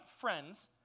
friends